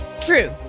True